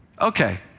Okay